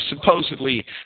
supposedly